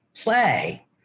play